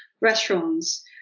restaurants